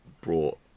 brought